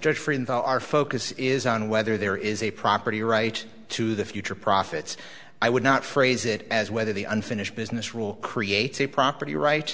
judge for into our focus is on whether there is a property right to the future profits i would not phrase it as whether the unfinished business will create a property right